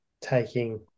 taking